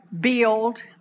build